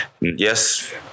yes